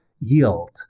yield